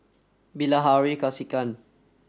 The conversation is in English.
Bilahari Kausikan